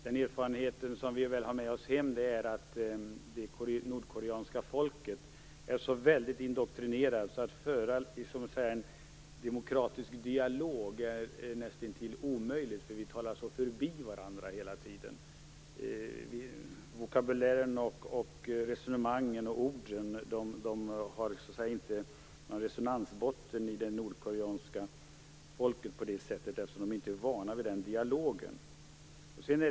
Den erfarenhet som vi har med oss hem är väl att det nordkoreanska folket är så väldigt indoktrinerat att det är näst intill omöjligt att föra en demokratisk dialog, eftersom vi talar så förbi varandra hela tiden. Vokabulären, resonemangen och orden har så att säga ingen resonansbotten i det nordkoreanska folket, eftersom de inte är vana vid den typen av dialog.